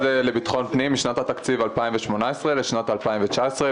לביטחון פנים משנת התקציב 2018 לשנת התקציב 2019,